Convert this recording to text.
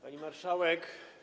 Pani Marszałek!